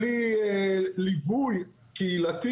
בלי ליווי קהילתי.